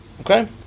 Okay